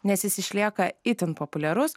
nes jis išlieka itin populiarus